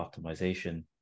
optimization